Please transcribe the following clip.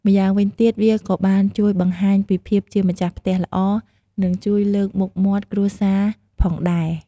ម្យ៉ាងវិញទៀតវាក៏បានជួយបង្ហាញពីភាពជាម្ចាស់ផ្ទះល្អ និងជួយលើកមុខមាត់គ្រួសារផងដែរ។